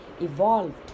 evolved